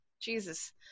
Jesus